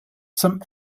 some